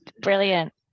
brilliant